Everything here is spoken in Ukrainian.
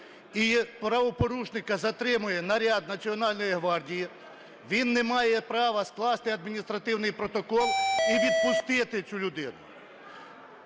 і правопорушника затримує наряд Національної гвардії, він не має права скласти адміністративний протокол і відпустити цю людину.